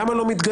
למה לא מתגמשים.